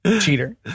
cheater